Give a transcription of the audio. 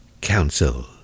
Council